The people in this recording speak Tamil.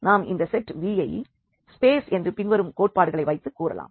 நாம் இந்த செட் Vஐ வெக்டர் ஸ்பேஸ் என்று பின்வரும் கோட்பாடுகளை வைத்து கூறலாம்